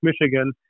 Michigan